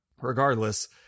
regardless